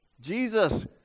Jesus